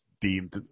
deemed